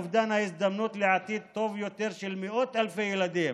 לאובדן ההזדמנות לעתיד טוב יותר של מאות אלפי ילדים.